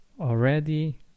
already